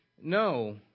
No